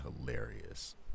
hilarious